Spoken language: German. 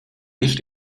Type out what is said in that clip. nicht